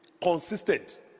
Consistent